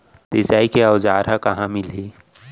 सिंचाई के औज़ार हा कहाँ मिलही?